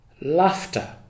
laughter